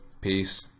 Peace